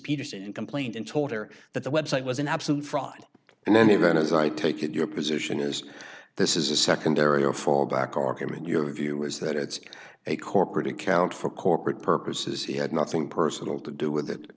peterson and complained and told her that the website was an absolute fraud and then even as i take it your position is this is a secondary or fallback argument your view is that it's a corporate account for corporate purposes he had nothing personal to do with it